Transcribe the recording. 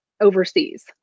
overseas